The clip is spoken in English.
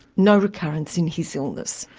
no recurrence in his illness.